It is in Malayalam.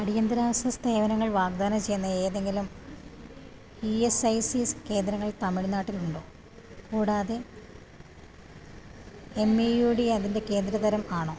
അടിയന്തരാവസ്ഥ സേവനങ്ങൾ വാഗ്ദാനം ചെയ്യുന്ന ഏതെങ്കിലും ഇ എസ് ഐ സി കേന്ദ്രങ്ങൾ തമിഴ്നാട്ടിൽ ഉണ്ടോ കൂടാതെ എം ഇ യു ഡി അതിൻ്റെ കേന്ദ്ര തരം ആണോ